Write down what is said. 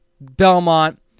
Belmont